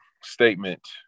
statement